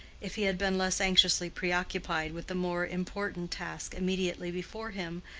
if he had been less anxiously preoccupied with the more important task immediately before him,